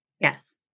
Yes